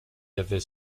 avait